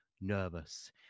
nervous